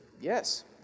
yes